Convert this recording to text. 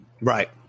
Right